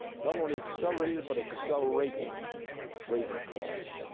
not only accelerated, but accelerating rate of collapse.